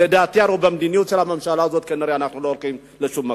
לדעתי במדיניות של הממשלה הזאת כנראה אנחנו לא הולכים לשום מקום.